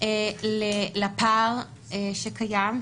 לפער שקיים,